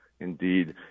Indeed